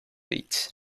eat